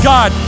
God